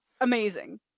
amazing